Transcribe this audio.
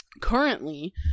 Currently